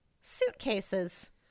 suitcases